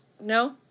No